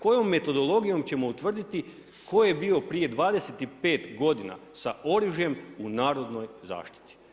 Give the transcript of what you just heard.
Kojom metodologijom ćemo utvrditi tko je bio prije 25 godina sa oružjem u narodnoj zaštiti.